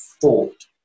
thought